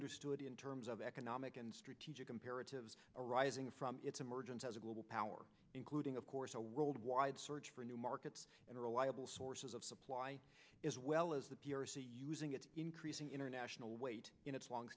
understood in terms of economic and strategic imperatives arising from its emergence as a global power including of course a worldwide search for new markets and reliable sources of supply as well as the p r c using its increasing international weight in its long